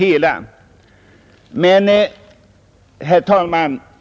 Herr talman!